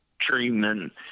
treatment